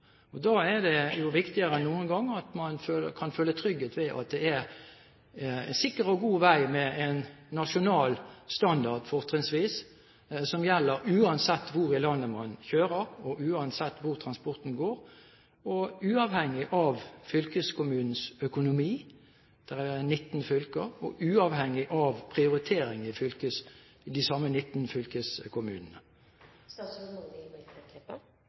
det viktigere enn noen gang at man kan føle trygghet for at det er sikker og god vei med en nasjonal standard, fortrinnsvis, som gjelder uansett hvor i landet man kjører, uansett hvor transporten går, uavhengig av fylkeskommunens økonomi – det er 19 fylker – og uavhengig av prioriteringer i de samme 19